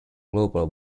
global